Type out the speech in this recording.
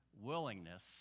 willingness